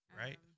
Right